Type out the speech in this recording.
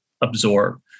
absorb